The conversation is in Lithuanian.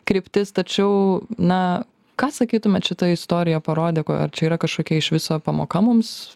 kryptis tačiau na ką sakytumėt šita istorija parodė ko ar čia yra kažkokia iš viso pamoka mums